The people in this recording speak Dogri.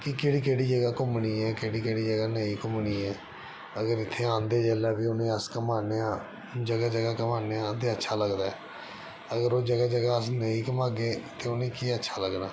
कि केह्ड़ी केह्ड़ी जगह घुम्मनी ऐ केह्ड़ी केह्ड़ी जगह नेईं घुम्मनी ऐ अगर इत्थै आंदे जेल्लै ते उनेंगी अस घमाने आं जगह जगह घमाने आं ते अच्छा लगदा ऐ अगर ओह् जगह जगह उ'नेंगी अस नेईं घमागे ते उ'नेंगी कि'यां अच्छा लग्गना